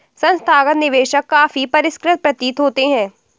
संस्थागत निवेशक काफी परिष्कृत प्रतीत होते हैं